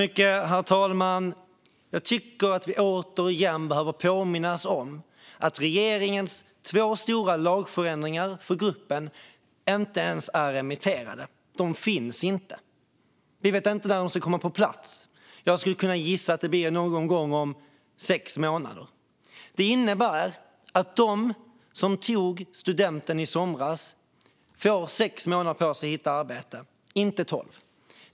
Herr talman! Jag tycker att vi återigen behöver påminnas om att regeringens två stora lagförändringar för gruppen inte ens är remitterade. De finns inte. Vi vet inte när de kommer på plats. Jag gissar att det blir någon gång om sex månader. Det innebär att de som tog studenten i somras får sex månader på sig att hitta ett arbete, inte tolv.